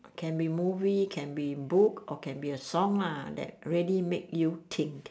can be movie can be book or can be a song lah that really make you think